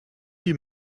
you